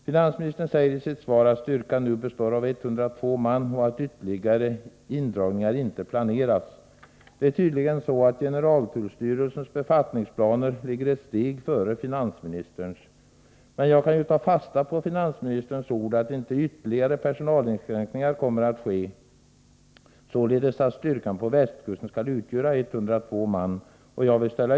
Finansministern säger i sitt svar att styrkan nu består av 102 man och att ytterligare indragningar inte planeras. Det är tydligen så att generaltullstyrelsens befattningsplaner ligger ett steg före finansministerns. Men kan jag nu ta fasta på finansministerns ord att inte ytterligare personalinskränkningar kommer att ske, således att styrkan på västkusten skall utgöra 102 man?